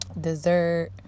dessert